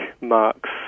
marks